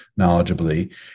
knowledgeably